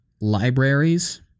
Libraries